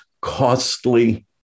costly